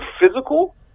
physical